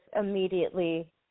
immediately